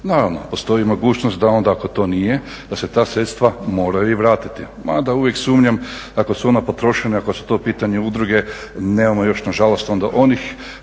Naravno, postoji mogućnost da onda ako to nije da se ta sredstva moraju i vratiti. Mada uvijek sumnjam ako su ona potrošena i ako su to u pitanju udruge nemamo još nažalost onda onih